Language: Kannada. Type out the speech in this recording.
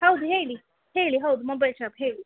ಹೌದು ಹೇಳಿ ಹೇಳಿ ಹೌದು ಮೊಬೈಲ್ ಶಾಪ್ ಹೇಳಿ